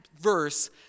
verse